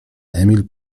emil